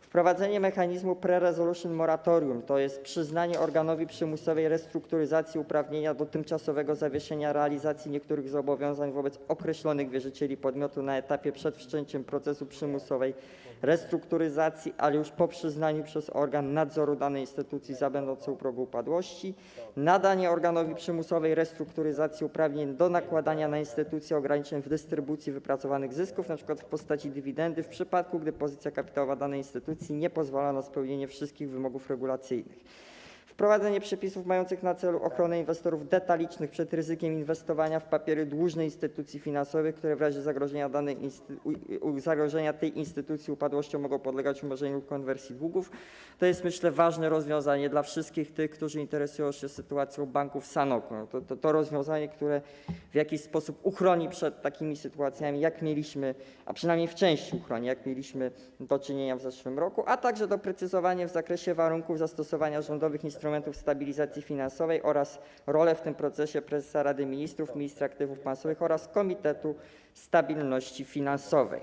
wprowadzenie mechanizmu pre-resolution moratorium, tj. przyznanie organowi przymusowej restrukturyzacji uprawnienia do tymczasowego zawieszenia realizacji niektórych zobowiązań wobec określonych wierzycieli podmiotu na etapie przed wszczęciem procesu przymusowej restrukturyzacji, ale już po uznaniu przez organ nadzoru danej instytucji za będącą u progu upadłości; nadanie organowi przymusowej restrukturyzacji uprawnień do nakładania na instytucję ograniczeń w dystrybucji wypracowanych zysków, np. w postaci dywidendy, w przypadku gdy pozycja kapitałowa danej instytucji nie pozwala na spełnienie wszystkich wymogów regulacyjnych; wprowadzenie przepisów mających na celu ochronę inwestorów detalicznych przed ryzykiem inwestowania w papiery dłużne instytucji finansowych, które w razie zagrożenia tej instytucji upadłością mogą podlegać umorzeniu lub konwersji długu - to jest, myślę, ważne rozwiązanie dla tych wszystkich, którzy interesują się sytuacją banku w Sanoku, rozwiązanie, które w jakiś sposób uchroni, przynajmniej w części, przed takimi sytuacjami, z jakimi mieliśmy do czynienia w zeszłym roku - a także doprecyzowanie w zakresie warunków zastosowania rządowych instrumentów stabilizacji finansowej oraz roli w tym procesie prezesa Rady Ministrów, ministra aktywów państwowych oraz Komitetu Stabilności Finansowej.